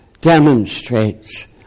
demonstrates